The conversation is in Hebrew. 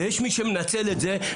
ויש מי שמנצל את זה.